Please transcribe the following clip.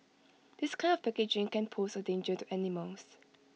this kind of packaging can pose A danger to animals